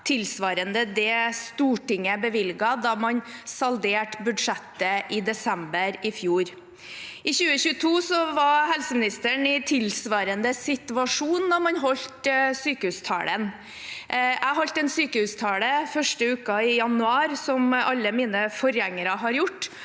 tilsvarende det Stortinget bevilget da man salderte budsjettet i desember i fjor. I 2022 var helseministeren i tilsvarende situasjon da sykehustalen ble holdt. Jeg holdt en sykehustale den første uken i januar, som alle mine forgjengere har gjort,